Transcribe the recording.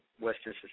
Western